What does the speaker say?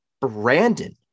Brandon